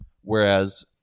whereas